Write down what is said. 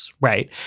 right